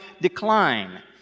decline